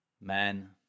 man